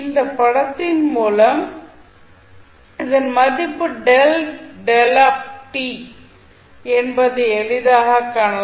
இந்த படத்தின் மூலம் இதன் மதிப்பு 10 என்பதை எளிதாக காணலாம்